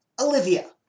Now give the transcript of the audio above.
Olivia